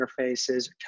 interfaces